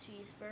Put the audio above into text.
cheeseburger